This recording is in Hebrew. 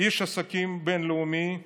איש עסקים בין-לאומי ידוע,